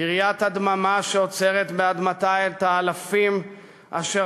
קריית הדממה שאוצרת באדמתה את האלפים אשר